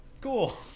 cool